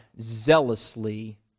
zealously